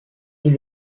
est